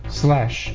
slash